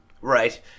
Right